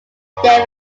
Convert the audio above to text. they